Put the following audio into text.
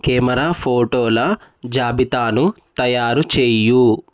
camera ఫోటోల జాబితాను తయారుచేయి